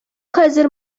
хәзер